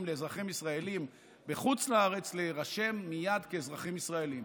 לאזרחים ישראלים בחוץ לארץ להירשם מייד כאזרחים ישראלים.